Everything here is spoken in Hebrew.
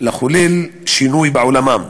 לחולל שינוי בעולמם.